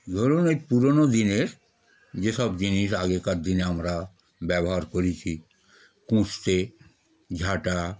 ধরুন ওই পুরনো দিনের যেসব জিনিস আগেকার দিনে আমরা ব্যবহার করেছি কাস্তে ঝাঁটা